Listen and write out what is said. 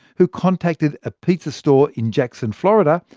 who contacted a pizza store in jackson, florida,